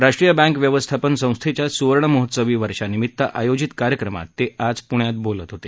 राष्ट्रीय बँक व्यवस्थापन संस्थेच्या सुवर्ण महोत्सवी वर्षानिमित्त आयोजित कार्यक्रमात ते आज पुण्यात बोलत होते